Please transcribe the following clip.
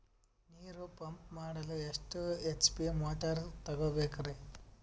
ನೀರು ಪಂಪ್ ಮಾಡಲು ಎಷ್ಟು ಎಚ್.ಪಿ ಮೋಟಾರ್ ತಗೊಬೇಕ್ರಿ?